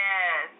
Yes